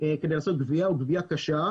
לעשות גבייה או גבייה קשה,